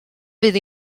fydd